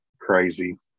Crazy